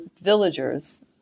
villagers